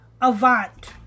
Avant